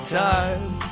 time